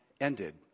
ended